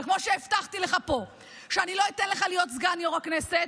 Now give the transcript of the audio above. וכמו שהבטחתי לך פה שאני לא אתן לך להיות סגן יו"ר הכנסת,